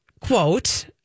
quote